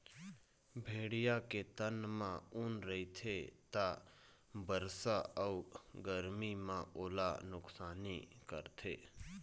भेड़िया के तन म ऊन रहिथे त बरसा अउ गरमी म ओला नुकसानी करथे